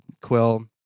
Quill